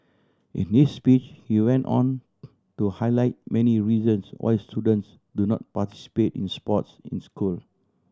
in his speech he went on to highlight many reasons why students do not participate in sports in school